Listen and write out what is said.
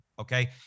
okay